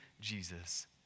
Jesus